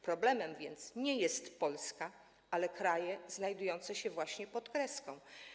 Problemem więc nie jest Polska, ale kraje znajdujące się pod kreską.